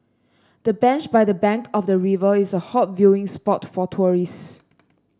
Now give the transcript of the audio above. the bench by the bank of the river is a hot viewing spot for tourists